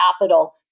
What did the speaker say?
capital